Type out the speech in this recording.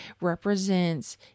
represents